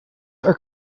are